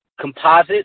composite